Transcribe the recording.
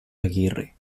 aguirre